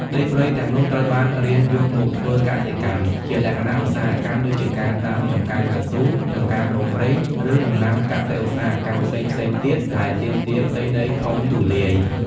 ដីព្រៃទាំងនោះត្រូវបានរានយកមកធ្វើ កសិកម្ម ជាលក្ខណៈឧស្សាហកម្ម ដូចជាការដាំ ចម្ការកៅស៊ូ ចម្ការដូងប្រេង ឬដំណាំកសិឧស្សាហកម្មផ្សេងៗទៀត ដែលទាមទារផ្ទៃដីធំទូលាយ។